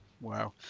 Wow